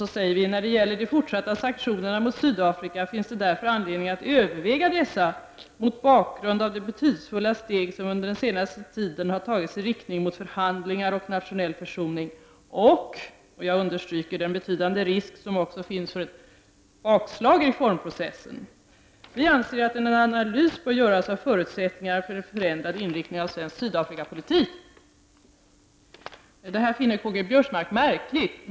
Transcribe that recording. Vi säger också: ”När det gäller de fortsatta sanktionerna mot Sydafrika finns det därför anledning att överväga dessa mot bakgrund av de betydelsefulla steg som under den senaste tiden har tagits i riktning mot förhandlingar och nationell försoning och ”- jag understryker det -” den betydande risk som också finns för ett bakslag i reformprocessen. Vi anser att en analys bör göras av förutsättningarna för en förändrad inriktning av svensk Sydafrikapolitik.” Detta finner Karl-Göran Biörsmark märkligt.